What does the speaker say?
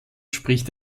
spricht